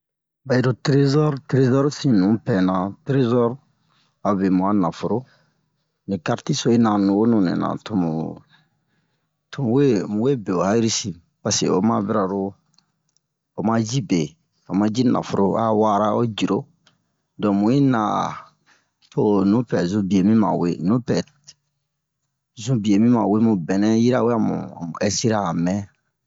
Ba yi ro trezɔr trezɔr sin nupɛ na trezor abe mu a nafolo ni karti so yi na nu wo nunɛ na tomu tomu we mu we be o hari si paseke o ma bira lo o ma ji be o ma ji nafolo a wa'ara o jiro don mu yi na a to nupɛ zun bie mi ma we nupɛ zun bie mi ma we mu bɛnɛ yirawe amu a mu ɛsira a mɛn